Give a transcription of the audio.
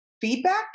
feedback